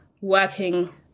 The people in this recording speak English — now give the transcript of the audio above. working